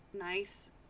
nice